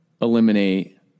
eliminate